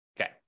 Okay